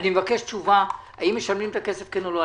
אני מבקש תשובה האם משלמים את הכסף כן או לא.